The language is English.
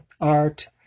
art